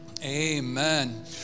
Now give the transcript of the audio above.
Amen